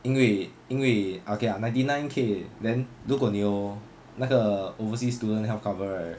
因为因为 okay lah ninety-nine K then 如果你有那个 overseas student health cover right